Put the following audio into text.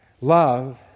Love